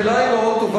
השאלה היא מאוד טובה,